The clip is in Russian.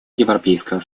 европейского